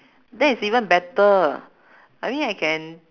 that is even better I mean I can